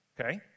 Okay